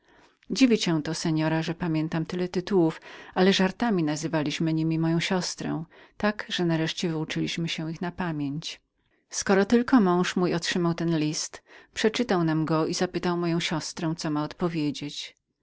cię to seora że pamiętam tyle tytułów ale żartami nazywaliśmy niemi moją siostrę tak że nareszcie wyuczyliśmy się ich na pamięć skoro tylko mój mąż otrzymał ten list przeczytał nam go i zapytał moją siostrę co ma odpowiedzieć